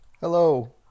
Hello